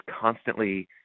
constantly